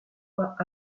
pas